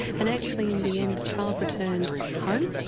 and actually in the end the child returned home.